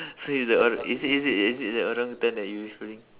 so he's the or~ is it is it is it the orangutan that you referring